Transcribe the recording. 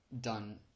done